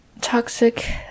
toxic